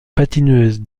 patineuse